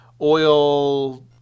oil